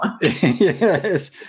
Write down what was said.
Yes